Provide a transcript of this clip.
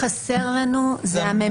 לאזרחים.